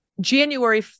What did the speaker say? January